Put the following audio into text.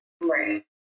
Right